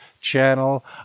channel